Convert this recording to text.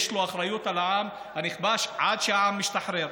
יש לו אחריות על העם הנכבש עד שהעם משתחרר.